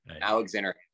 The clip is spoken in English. Alexander